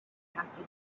happen